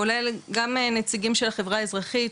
כולל גם נציגים של החברה האזרחית,